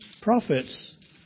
prophets